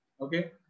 Okay